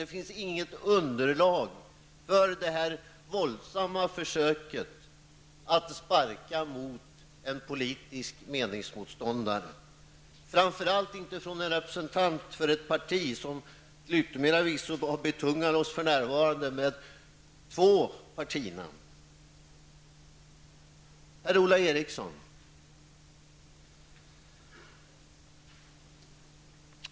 Det finns ingen grund för detta våldsamma försök att sparka mot en politisk meningsmotståndare, framför allt inte av en representant för ett parti som för närvarande till yttermera visso betungar oss med två partinamn. Per-Ola Eriksson!